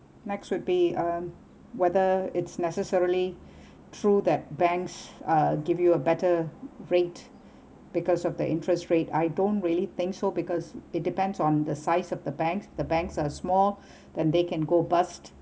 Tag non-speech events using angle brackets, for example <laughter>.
next will be um whether it's necessarily true that banks uh give you a better rate because of the interest rate I don't really think so because it depends on the size of the banks the banks are small <breath> then they can go bust